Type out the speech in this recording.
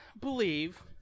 believe